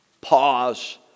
Pause